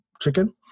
chicken